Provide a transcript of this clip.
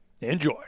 Enjoy